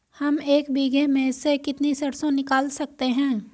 हम एक बीघे में से कितनी सरसों निकाल सकते हैं?